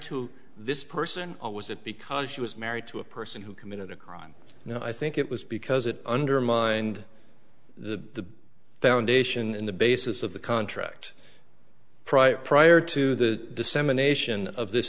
to this person or was it because she was married to a person who committed a crime you know i think it was because it undermined the foundation in the basis of the contract prior prior to the dissemination of this